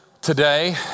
today